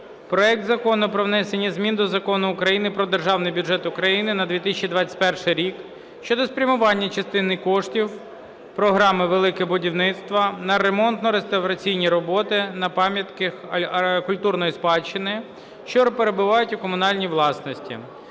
проект Закону про внесення змін до Закону України "Про Державний бюджет України на 2021 рік" щодо спрямування частини коштів програми "Велике будівництво" на ремонтно-реставраційні роботи на пам’ятках культурної спадщини, що перебувають у комунальній власності